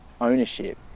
ownership